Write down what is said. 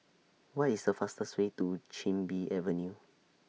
What IS The fastest Way to Chin Bee Avenue